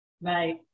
Right